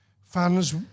fans